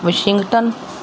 Washington